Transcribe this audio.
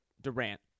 Durant